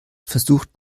versucht